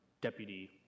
deputy